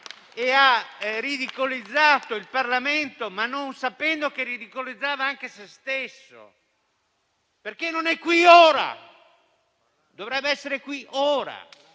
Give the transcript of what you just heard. e ha ridicolizzato il Parlamento, non sapendo però che ridicolizzava anche sé stesso. Perché non è qui ora? Dovrebbe essere qui ora,